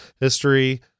history